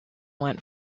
went